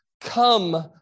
come